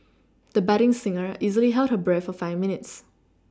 the budding singer easily held her breath for five minutes